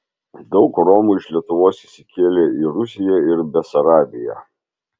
daug romų iš lietuvos išsikėlė į rusiją ir besarabiją